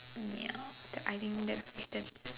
ya that I think that's that's